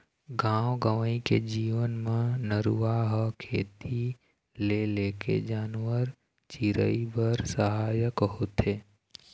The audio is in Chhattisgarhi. गाँव गंवई के जीवन म नरूवा ह खेती ले लेके जानवर, चिरई बर सहायक होथे